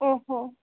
ओ हो